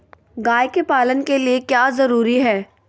गाय के पालन के लिए क्या जरूरी है?